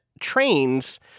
trains